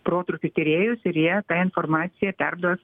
protrūkių tyrėjus ir jie tą informaciją perduos